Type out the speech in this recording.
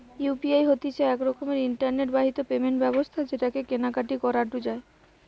UPI হতিছে এক রকমের ইন্টারনেট বাহিত পেমেন্ট ব্যবস্থা যেটাকে কেনা কাটি করাঢু যায়